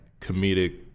comedic